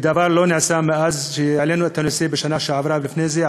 ודבר לא נעשה מאז שהעלינו את הנושא בשנה שעברה ולפני זה.